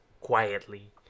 quietly